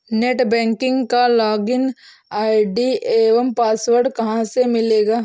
Net banking का login ID एवं password कहाँ से मिलेगा?